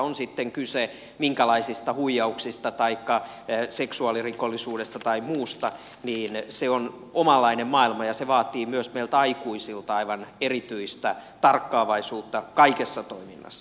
on sitten kyse minkälaisista huijauksista tahansa taikka seksuaalirikollisuudesta tai muusta niin se on omanlaisensa maailma ja se vaatii myös meiltä aikuisilta aivan erityistä tarkkaavaisuutta kaikessa toiminnassa